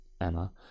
Emma